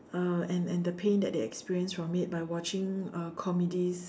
uh and and the pain that they experience from it by watching uh comedies